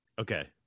Okay